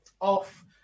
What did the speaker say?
off